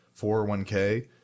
401k